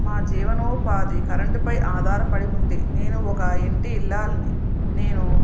మా జీవనోపాధి కరెంటుపై ఆధారపడి ఉంది నేను ఒక ఇంటి ఇల్లాలిని నేను